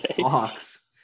Fox